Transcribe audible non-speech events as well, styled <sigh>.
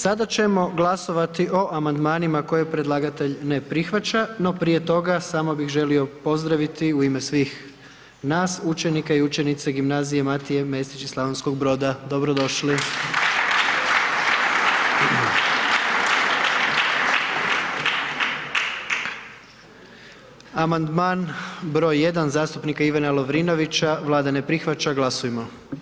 Sada ćemo glasovati o amandmanima koje predlagatelj ne prihvaća no prije toga samo bi želio pozdraviti u ime svih nas učenike i učenice gimnazije Matije Mesić iz Slavonskog Broda, dobrodošli. <applause> Amandman br. 1 zastupnika Ivana Lovrinovića, Vlada ne prihvaća, glasujmo.